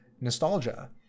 nostalgia